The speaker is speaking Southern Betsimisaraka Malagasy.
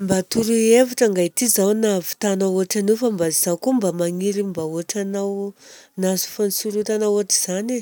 Mba toroy hevitra angaity izaho nahavitanao ohatra an'io fa mba zaho koa mba magniry mba ohatra anao nahazo fahatsorotana ohatra izany e.